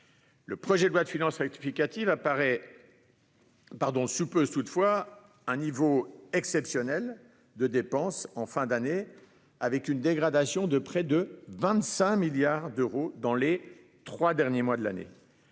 Le projet de loi de finances rectificative suppose toutefois un niveau exceptionnel de dépenses en fin d'année avec une dégradation de près de 25 milliards d'euros dans les trois derniers mois de l'année.